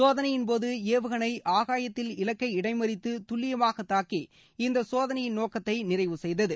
சோதனையின்போது ஏவுகனை ஆகாயத்தில் இலக்கை இடைமறித்து துல்லியமாக தாக்கி இந்த சோதனையின் நோக்கத்தை நிறைவு செய்தது